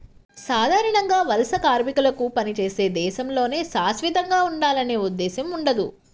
సాధారణంగా వలస కార్మికులకు పనిచేసే దేశంలోనే శాశ్వతంగా ఉండాలనే ఉద్దేశ్యం ఉండదు